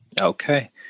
Okay